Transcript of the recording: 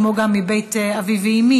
כמו גם מבית אבי ואימי,